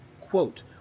Quote